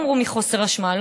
ולא אמרו: מחוסר אשמה,